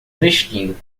vestindo